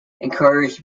encouraged